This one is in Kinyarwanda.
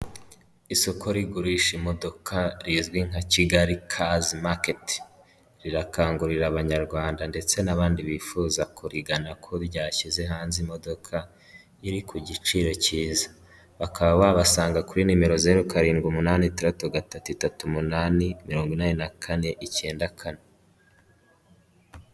Isoko rigurisha imodoka rizwi nka Kigali kazi maketi, rirakangurira abanyarwanda ndetse n'abandi bifuza kurigana ko ryashyize hanze imodoka iri ku giciro cyiza, bakaba babasanga kuri nimero zeru karindwi umunani itarantu gatatu itatu umunani, mirongo inani na kane, icyenda kane.